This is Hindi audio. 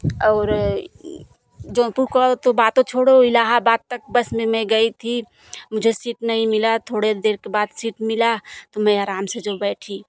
और जौनपुर का तो बातो छोड़ो इलाहाबाद तक बस में मैं गई थी मुझे सीट नहीं मिला थोड़े देर के बाद सीट मिला तो मैं आराम से जो बैठी